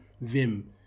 vim